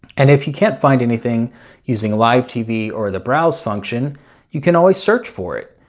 and if you can't find anything using live tv or the browse function you can always search for it